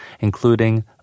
including